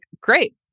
great